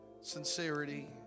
sincerity